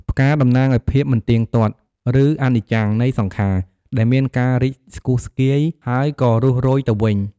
ផ្កា តំណាងឱ្យភាពមិនទៀងទាត់ ឬ អនិច្ចំ នៃសង្ខារ ដែលមានការរីកស្គុះស្គាយហើយក៏រុះរោយទៅវិញ។